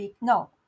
No